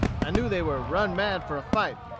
i knew they were run mad for a fight,